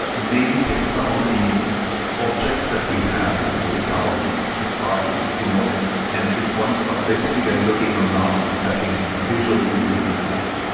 but maybe take some of the objects that we have into account to find you know entry points, but basically they're looking a route and assessing visually the infrastructure.